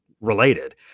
related